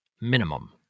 minimum